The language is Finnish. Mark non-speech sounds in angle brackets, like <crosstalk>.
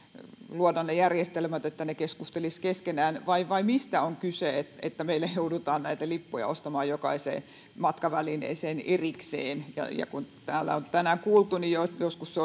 luoda ne järjestelmät että ne keskustelisivat keskenään vai vai mistä on kyse että meillä joudutaan näitä lippuja ostamaan jokaiseen matkavälineeseen erikseen niin kuin täällä on tänään kuultu niin joskus se <unintelligible>